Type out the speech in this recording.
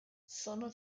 sono